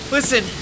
Listen